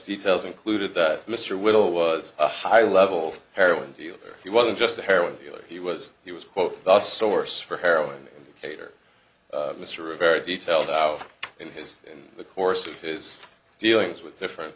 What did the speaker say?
details included that mr whittle was a high level heroin dealer he wasn't just a heroin dealer he was he was quote the source for heroin kater mr a very detailed out in his in the course of his dealings with different